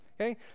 okay